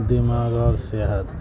دماغ اور صحت